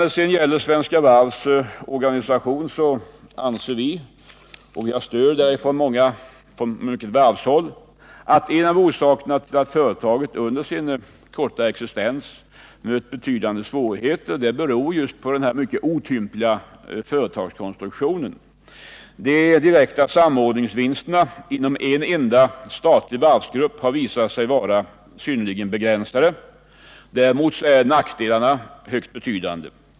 När det gäller Svenska Varv AB:s organisation anser vi — och vi har stöd av många på varvshåll — att en av orsakerna till att företaget under sin kortvariga existens har mött betydande svårigheter är dess otympliga företagskonstruktion. De direkta samordningsvinsterna inom en enda statlig varvsgrupp har visat sig vara synnerligen begränsade. Nackdelarna är däremot högst betydande.